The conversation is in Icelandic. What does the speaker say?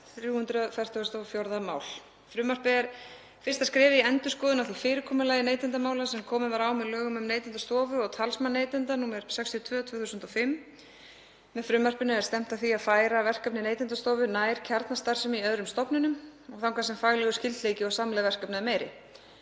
fyrsta skrefið í endurskoðun á fyrirkomulagi neytendamála sem komið var á með lögum um Neytendastofu og talsmann neytenda, nr. 62/2005. Með frumvarpinu er stefnt að því að færa verkefni Neytendastofu nær kjarnastarfsemi í öðrum stofnunum og þangað sem faglegur skyldleiki og samlegð er meiri.